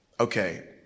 Okay